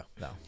No